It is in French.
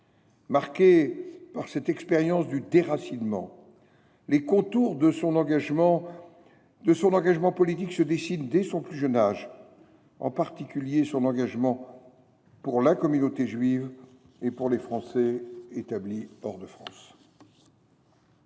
Marqués par cette expérience du déracinement, les contours de son engagement politique se dessinent dès son plus jeune âge, en particulier son engagement pour la communauté juive et pour les Français établis hors de France.